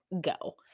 go